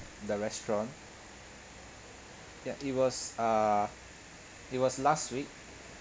the restaurant ya it was err it was last week